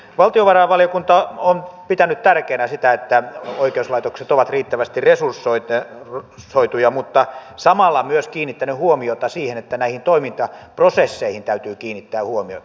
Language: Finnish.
valtiovarainvaliokunta on pitänyt tärkeänä sitä että oikeuslaitokset ovat riittävästi resursoituja mutta samalla myös kiinnittänyt huomiota siihen että näihin toimintaprosesseihin täytyy kiinnittää huomiota